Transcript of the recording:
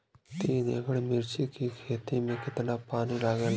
तीन एकड़ मिर्च की खेती में कितना पानी लागेला?